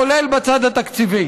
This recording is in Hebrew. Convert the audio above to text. כולל בצד התקציבי.